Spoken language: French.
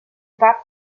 pas